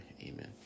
amen